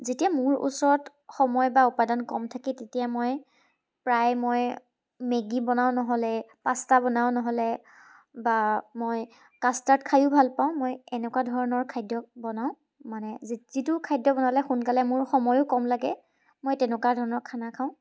যেতিয়া মোৰ ওচৰত সময় বা উপাদান কম থাকে তেতিয়া মই প্ৰায় মই মেগি বনাওঁ নহ'লে পাষ্টা বনাওঁ নহ'লে বা মই কাষ্টাৰ্ড খায়ো ভাল পাওঁ মই এনেকুৱা ধৰণৰ খাদ্য বনাওঁ মানে যি যিটো খাদ্য বনালে মোৰ সময়ো কম লাগে মই তেনেকুৱা ধৰণৰ খানা খাওঁ